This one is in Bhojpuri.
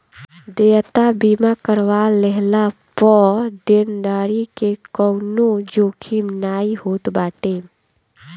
देयता बीमा करवा लेहला पअ देनदारी के कवनो जोखिम नाइ होत बाटे